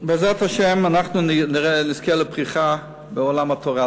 בעזרת השם, אנחנו נזכה לפריחה בעולם התורה.